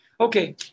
Okay